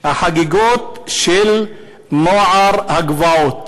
החגיגות של נוער הגבעות,